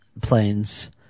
planes